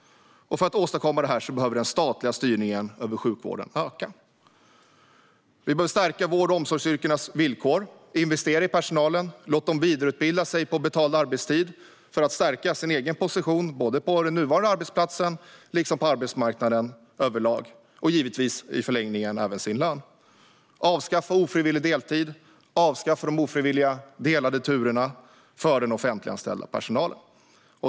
För att åstadkomma detta behöver den statliga styrningen över sjukvården öka. Vi behöver stärka vård och omsorgsyrkenas villkor, investera i personalen och låta de anställda vidareutbilda sig på betald arbetstid för att stärka sin egen position på den nuvarande arbetsplatsen liksom på arbetsmarknaden överlag och givetvis, i förlängningen, även sin lön. Vi behöver avskaffa ofrivillig deltid och ofrivilliga delade turer för den offentliganställda personalen.